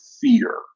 fear